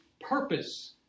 purpose